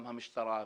גם המשטרה,